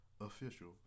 official